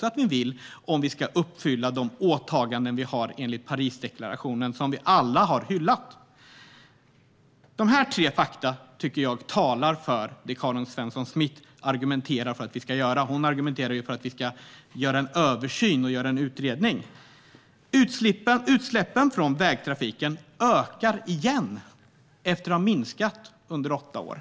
Det behöver vi göra om vi ska uppfylla de åtaganden som vi har enligt Parisdeklarationen, som vi alla har hyllat. Det är tre faktum som jag tycker talar för det som Karin Svensson Smith argumenterar för att vi ska göra - hon argumenterar för att vi ska göra en översyn och en utredning. Det första är: Utsläppen från vägtrafiken ökar igen, efter att ha minskat under åtta år.